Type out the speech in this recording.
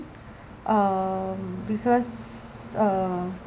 um because uh